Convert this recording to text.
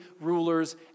rulers